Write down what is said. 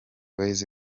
boyz